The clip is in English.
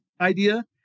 idea